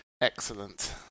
Excellent